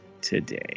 today